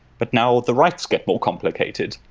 but now the writes get more complicated,